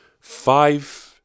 Five